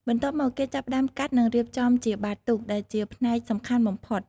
បន្ទាប់មក គេចាប់ផ្តើមកាត់និងរៀបចំជាបាតទូក ដែលជាផ្នែកសំខាន់បំផុត។